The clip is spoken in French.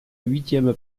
huitième